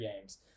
games